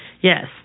Yes